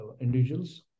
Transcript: individuals